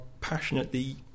passionately